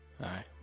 Aye